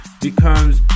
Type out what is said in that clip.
becomes